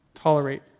Tolerate